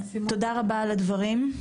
תודה רבה על הדברים,